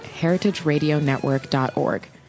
HeritageRadioNetwork.org